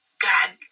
God